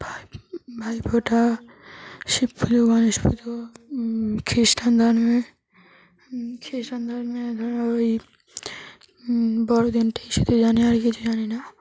ভাই ভাইফোঁটা শিব পুজো গণেশ পুজো খ্রিস্টান ধর্মে খিস্টান ধর্মে ধরো ওই বড়দিনটাই শুধু জানি আর কিছু জানি না